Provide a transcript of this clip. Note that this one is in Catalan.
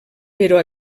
però